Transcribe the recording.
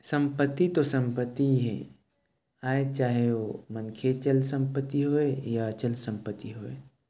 संपत्ति तो संपत्ति ही आय चाहे ओ मनखे के चल संपत्ति होवय या अचल संपत्ति होवय